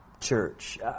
church